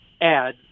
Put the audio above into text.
add